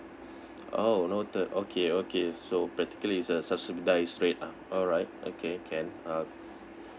oh noted okay okay so practically is a subsidised rate ah alright okay can uh